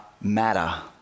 matter